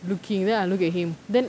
looking then I look at him then